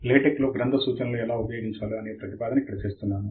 LaTeX లో గ్రంథ సూచనలు ఎలా ఉపయోగించాలో అనే ప్రతిపాదన ఇక్కడ చేస్తున్నాను